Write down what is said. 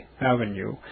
Avenue